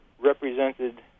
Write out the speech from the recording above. represented